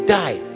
die